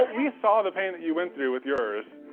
we saw the pain that you went through with yours,